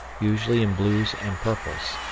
usually in blues and purples.